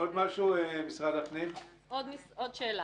עוד שאלה.